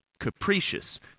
capricious